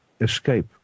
escape